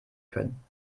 können